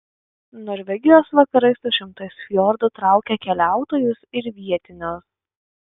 norvegijos vakarai su šimtais fjordų traukia keliautojus ir vietinius